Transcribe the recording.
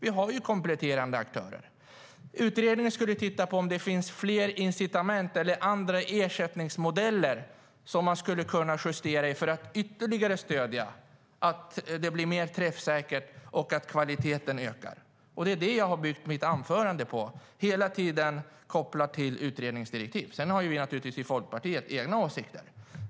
Vi har ju kompletterande aktörer. Utredningen skulle titta på om det finns fler incitament eller andra ersättningsmodeller som man skulle kunna justera i för att ytterligare stödja att det blir mer träffsäkert och kvaliteten ökar. Det är det jag har byggt mitt anförande på, hela tiden kopplat till utredningsdirektiv. Sedan har vi i Folkpartiet naturligtvis egna åsikter.